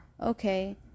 okay